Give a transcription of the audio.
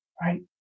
Right